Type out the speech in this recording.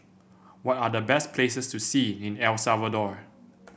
what are the best places to see in El Salvador